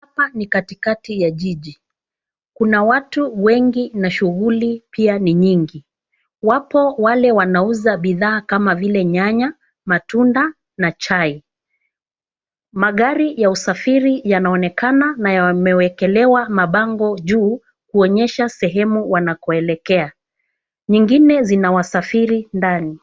Hapa ni katikati ya jiji. Kuna watu wengi na shughuli pia ni nyingi. Wako wale wanauza bidhaa kama vile nyanya, matunda na chai. Magari ya usafiri yanaonekana na yamewekelewa mabango juu kuonyesha sehemu wanakoelekea. Nyingine zina wasafiri ndani.